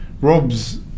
Rob's